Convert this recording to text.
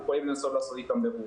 אנחנו יכולים לנסות לעשות אתם בירור.